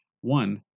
One